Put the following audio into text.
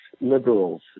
liberals